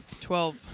Twelve